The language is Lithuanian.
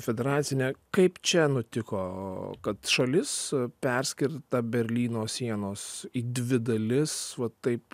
federacinė kaip čia nutiko kad šalis perskirta berlyno sienos į dvi dalis va taip